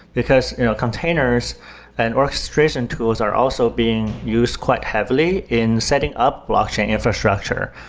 because containers and orchestration tools are also being used quite heavily in setting up blockchain infrastructure.